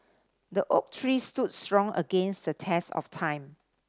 the oak tree stood strong against the test of time